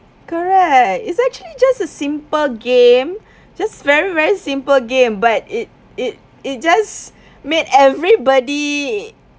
correct it's actually just a simple game just very very simple game but it it it just made everybody